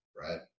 right